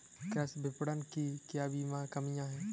कृषि विपणन की क्या कमियाँ हैं?